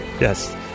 Yes